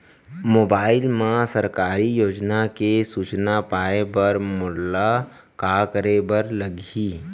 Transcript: mobile मा सरकारी योजना के सूचना पाए बर मोला का करे बर लागही